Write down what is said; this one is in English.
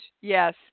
yes